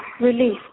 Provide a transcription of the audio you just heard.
released